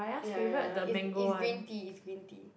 ya ya it's it's green tea it's green tea